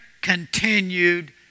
continued